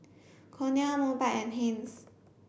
Cornell Mobike and Heinz